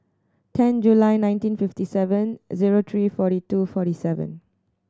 ten July nineteen fifty seven zero three forty two forty seven